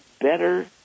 better